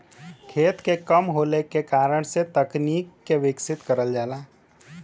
खेत के कम होले के कारण से तकनीक के विकसित करल जाला